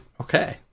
Okay